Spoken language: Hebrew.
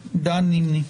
תקציבים.